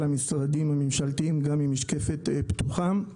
המשרדים הממשלתיים גם עם משקפת פתוחה.